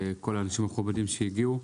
כל האנשים המכובדים שהגיעו.